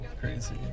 crazy